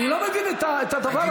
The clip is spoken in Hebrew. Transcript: אני לא מבין את הדבר הזה.